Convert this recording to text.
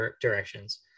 directions